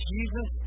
Jesus